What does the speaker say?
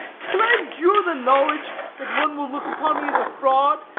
can i endure the knowledge that one will look upon me as a fraud,